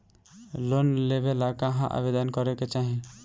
Loan लेवे ला कहाँ आवेदन करे के चाही?